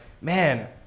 man